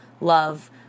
love